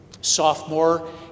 sophomore